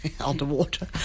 underwater